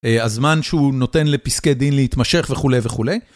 א.. הזמן שהוא נותן לפסקי דין להתמשך וכולי וכולי.